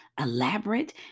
elaborate